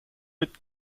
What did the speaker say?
mit